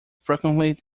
frequently